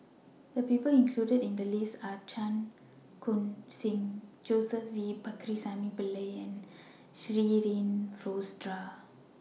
The People included in The list Are Chan Khun Sing Joseph V Pakirisamy Pillai and Shirin Fozdar